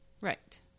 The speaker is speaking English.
Right